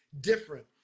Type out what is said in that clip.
different